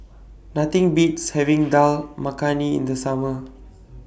Nothing Beats having Dal Makhani in The Summer